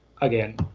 again